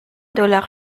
dollars